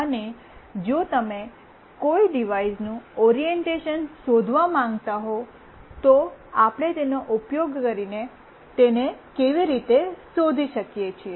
અને જો તમે કોઈ ડિવાઇસનું ઓરિએંટેશન શોધવા માંગતા હો તો આપણે તેનો ઉપયોગ કરીને તેને કેવી રીતે શોધી શકીએ